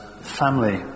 family